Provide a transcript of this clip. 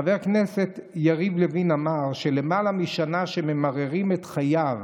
חבר הכנסת יריב לוין אמר שלמעלה משנה שממרים את חייו